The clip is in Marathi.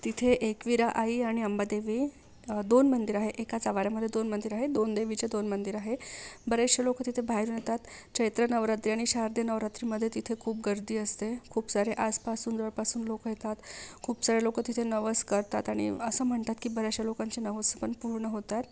तिथे एकवीरा आई आणि आंबादेवी दोन मंदिरं आहे एकाच आवारामध्ये दोन मंदिरं आहे दोन देवीचे दोन मंदिरं आहे बरेचसे लोक तिथे बाहेरून येतात चैत्र नवरात्री आणि शारदी नवरात्रीमध्ये तिथे खूप गर्दी असते खूप सारे आसपासून जवळपासून लोक येतात खूप सारे लोक तिथे नवस करतात आणि असं म्हणतात की बऱ्याचशा लोकांचे नवसपण पूर्ण होतात